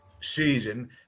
season